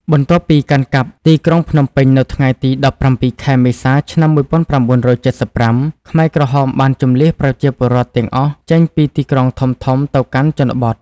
បន្ទាប់ពីកាន់កាប់ទីក្រុងភ្នំពេញនៅថ្ងៃទី ១៧ ខែមេសា ឆ្នាំ ១៩៧៥ ខ្មែរក្រហមបានជម្លៀសប្រជាពលរដ្ឋទាំងអស់ចេញពីទីក្រុងធំៗទៅកាន់ជនបទ។